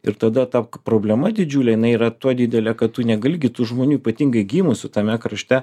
ir tada ta problema didžiulė jinai yra tuo didelė kad tu negali gi tų žmonių ypatingai gimusių tame krašte